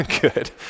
Good